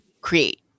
create